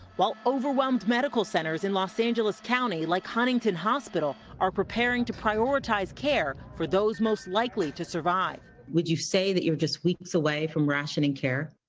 while overwhelmed medical centers in los angeles county, like huntington hospital are preparing to prioritize care for those most likely to survive. would you say that you are just weeks away from rationing care?